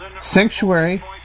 Sanctuary